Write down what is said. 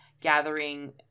gathering